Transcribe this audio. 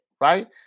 right